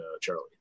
Charlie